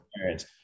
parents